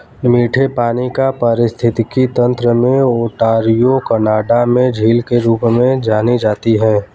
मीठे पानी का पारिस्थितिकी तंत्र में ओंटारियो कनाडा में झील के रूप में जानी जाती है